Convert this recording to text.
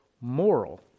moral